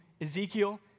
Ezekiel